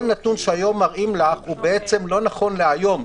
כל נתון שמראים לך היום הוא לא נכון להיום,